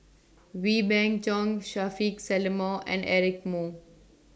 Wee Beng Chong Shaffiq Selamat and Eric Moo